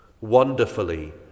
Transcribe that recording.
wonderfully